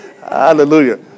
Hallelujah